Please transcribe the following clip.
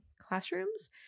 classrooms